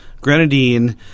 grenadine